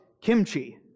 kimchi